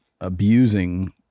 abusing